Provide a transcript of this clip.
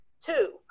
two